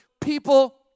people